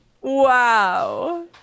Wow